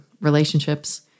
relationships